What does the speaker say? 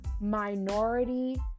minority